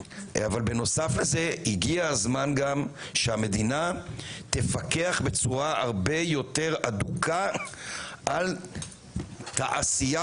הגיע גם הזמן שהמדינה תפקח בצורה הרבה יותר הדוקה על תעשיית,